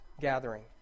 gathering